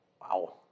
Wow